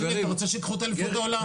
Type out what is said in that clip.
מצד שני אתה רוצה שייקחו את אליפות העולם.